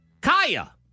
Kaya